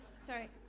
sorry